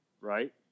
right